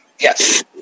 Yes